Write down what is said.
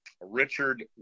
Richard